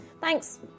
Thanks